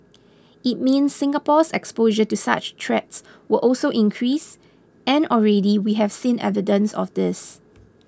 it means Singapore's exposure to such threats will also increase and already we have seen evidence of this